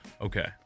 Okay